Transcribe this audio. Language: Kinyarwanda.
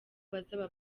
bazaba